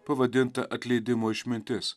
pavadintą atleidimo išmintis